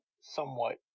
somewhat